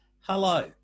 Hello